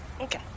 Okay